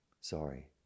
Sorry